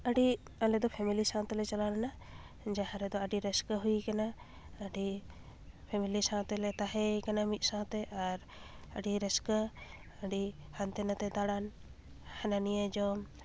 ᱟᱹᱰᱤ ᱟᱞᱮ ᱫᱚ ᱯᱷᱮᱢᱤᱞᱤ ᱥᱟᱶᱛᱮᱞᱮ ᱪᱟᱞᱟᱣ ᱞᱮᱱᱟ ᱡᱟᱦᱟᱸ ᱨᱮᱫᱚ ᱟᱹᱰᱤ ᱨᱟᱹᱥᱠᱟᱹ ᱦᱩᱭ ᱠᱟᱱᱟ ᱟᱹᱰᱤ ᱯᱷᱮᱢᱤᱞᱤ ᱥᱟᱶᱛᱮᱞᱮ ᱛᱟᱦᱮᱭ ᱠᱟᱱᱟ ᱢᱤᱫ ᱥᱟᱶᱛᱮ ᱟᱨ ᱟ ᱰᱤ ᱨᱟᱹᱥᱠᱟᱹ ᱟ ᱰᱤ ᱦᱟᱱᱛᱮ ᱱᱟᱛᱮ ᱫᱟᱬᱟᱱ ᱦᱟᱱᱟ ᱱᱤᱭᱟᱹ ᱡᱚᱢ